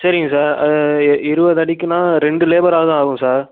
சரிங்க சார் இருபது அடிக்குன்னால் ரெண்டு லேபராவது ஆகும் சார்